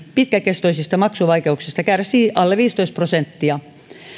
pitkäkestoisista maksuvaikeuksista kärsii alle viisitoista prosenttia